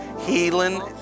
Healing